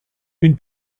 une